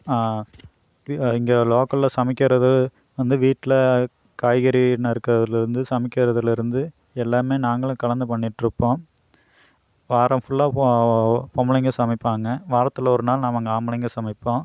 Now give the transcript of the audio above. div இங்கே லோக்கல்ல சமைக்கிறது வந்து வீட்டில காய்கறி நறுக்கறதில் இருந்து சமைக்கிறதில் இருந்து எல்லாமே நாங்களும் கலந்து பண்ணிட்டிருப்போம் வாரம் ஃபுல்லாக ஃபோ பொம்பளைங்க சமைப்பாங்க வாரத்தில் ஒரு நாள் நாம் அங்கே ஆம்பளைங்க சமைப்போம்